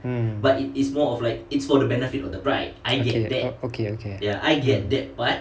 mm okay oh okay okay